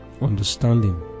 understanding